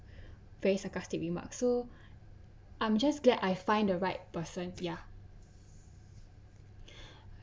very sarcastic remark so I'm just glad I find the right person ya